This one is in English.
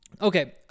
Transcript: Okay